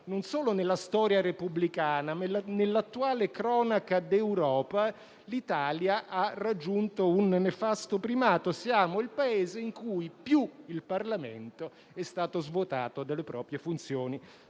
non solo nella storia repubblicana, ma nell'attuale cronaca d'Europa l'Italia ha raggiunto un nefasto primato: siamo il Paese in cui più il Parlamento è stato svuotato delle proprie funzioni